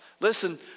Listen